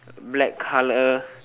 black colour